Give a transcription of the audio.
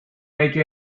make